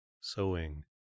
sewing